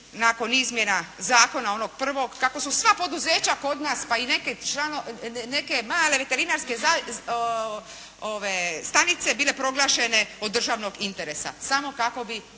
nakon izmjena zakona onog prvog kako su sva poduzeća kod nas pa i neke male veterinarske stanice bile proglašene od državnog interesa samo kako bi